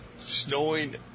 Snowing